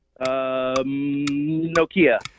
Nokia